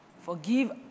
Forgive